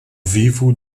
vivo